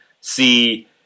see